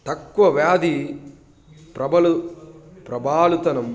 తక్కువ వ్యాధి ప్రబలు ప్రబలుతనం